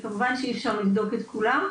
כמובן שאי אפשר לבדוק את כולם,